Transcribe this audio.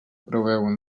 preveuen